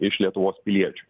iš lietuvos piliečių